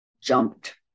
jumped